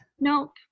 Nope